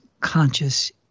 conscious